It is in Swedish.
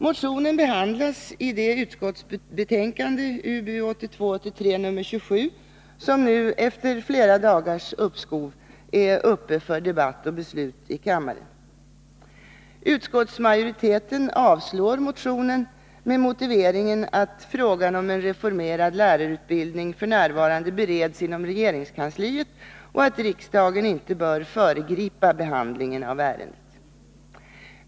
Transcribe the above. Motionen behandlas i utbildningsutskottets betänkande 1982/83:27, som nu efter flera dagars uppskov är uppe för debatt och beslut i kammaren. Utskottsmajoriteten avstyrker motionen med motiveringen att frågan om en reformerad lärarutbildning f.n. bereds inom regeringskansliet och att riksdagen inte bör föregripa behandlingen av ärendet.